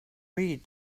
read